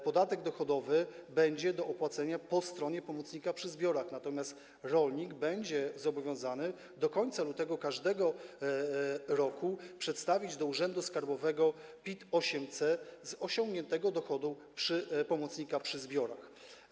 Podatek dochodowy będzie do opłacenia po stronie pomocnika przy zbiorach, natomiast rolnik będzie zobowiązany do końca lutego każdego roku przedstawić w urzędzie skarbowym PIT-8C dotyczący osiągniętego dochodu pomocnika przy zbiorach.